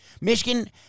Michigan